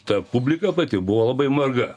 ta publika pati buvo labai marga